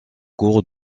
cours